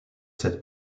cette